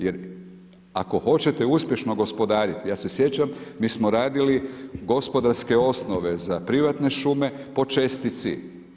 Jer ako hoćete uspješno gospodariti, ja se sjećam, mi smo radili gospodarske osnove za privatne šume po čestici.